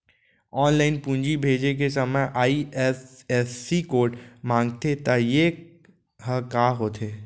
Online पूंजी भेजे के समय आई.एफ.एस.सी कोड माँगथे त ये ह का होथे?